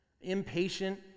impatient